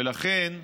ולכן,